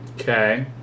Okay